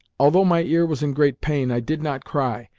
although my ear was in great pain, i did not cry,